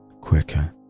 quicker